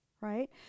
right